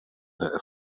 der